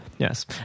Yes